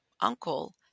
uncle